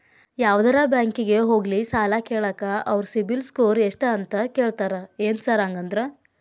ಯಾವದರಾ ಬ್ಯಾಂಕಿಗೆ ಹೋಗ್ಲಿ ಸಾಲ ಕೇಳಾಕ ಅವ್ರ್ ಸಿಬಿಲ್ ಸ್ಕೋರ್ ಎಷ್ಟ ಅಂತಾ ಕೇಳ್ತಾರ ಏನ್ ಸಾರ್ ಹಂಗಂದ್ರ?